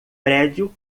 prédio